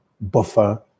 buffer